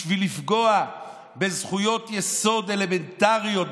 בשביל לפגוע בזכויות יסוד אלמנטריות,